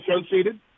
associated